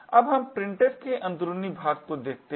अब हम printf के अंदरुनी भाग को देखते हैं